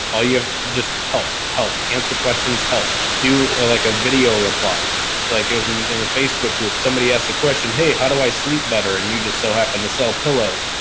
all you have just help, help answer questions, help do ah like a video reply. like in a facebook group, somebody asks a question, hey, how do i sleep better? and you just so happen to sell pillows.